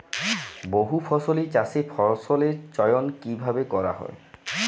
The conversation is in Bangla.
বহুফসলী চাষে ফসলের চয়ন কীভাবে করা হয়?